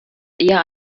eher